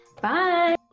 Bye